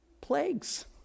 plagues